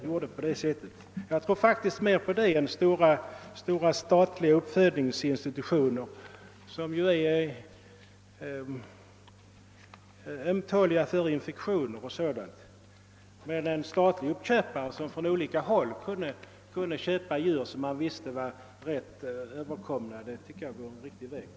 Jag tror faktiskt mera på detta än på stora statliga uppfödningsinstitutioner som är ömtåliga för infektioner o.d. Att ha en statlig uppköpare som från olika håll kunde anskaffa djur som han visste var rätt åtkomna synes mig vara det riktiga.